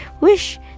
Wish